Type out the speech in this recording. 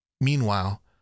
Meanwhile